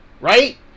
right